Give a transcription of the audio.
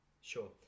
Sure